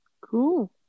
Cool